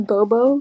Bobo